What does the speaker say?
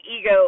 ego